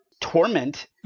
torment